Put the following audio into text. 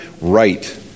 right